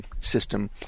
system